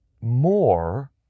more